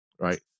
right